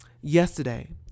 Yesterday